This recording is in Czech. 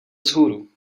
vzhůru